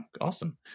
awesome